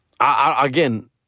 again